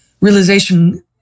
realization